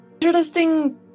interesting